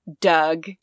Doug